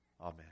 Amen